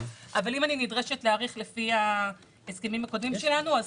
אם אני נדרשת להעריך לפי ההסכמים הקודמים שלנו,